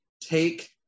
take